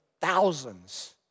thousands